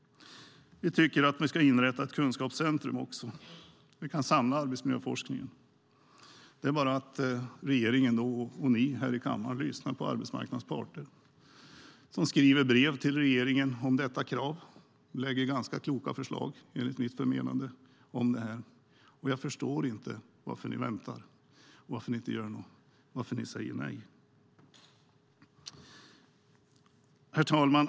Vi tycker också att det ska inrättas ett kunskapscentrum där man kan samla arbetsmiljöforskningen. Det är bara att regeringen och ni här i kammaren lyssnar på arbetsmarknadens parter. De skriver brev till regeringen om dessa krav och lägger fram ganska kloka förslag, enligt mitt förmenande. Jag förstår inte varför ni väntar och varför ni säger nej. Herr talman!